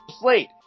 Slate